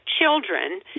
children